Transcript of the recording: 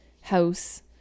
house